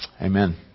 Amen